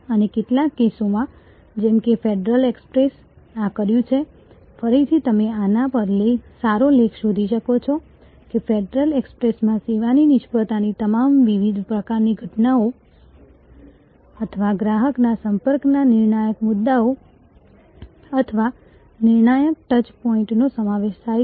અને કેટલાક કેસોમાં જેમ કે ફેડરલ એક્સપ્રેસે આ કર્યું છે ફરીથી તમે આના પર સારો લેખ શોધી શકો છો કે ફેડરલ એક્સપ્રેસમાં સેવાની નિષ્ફળતાની તમામ વિવિધ પ્રકારની ઘટનાઓ અથવા ગ્રાહકના સંપર્કના નિર્ણાયક મુદ્દાઓ અથવા નિર્ણાયક ટચ પોઈન્ટનો સમાવેશ થાય છે